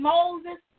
Moses